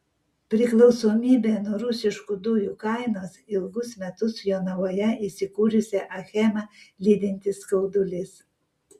priklausomybė nuo rusiškų dujų kainos ilgus metus jonavoje įsikūrusią achemą lydintis skaudulys